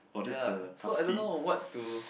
ya so I don't know what to